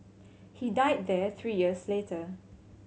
he died there three years later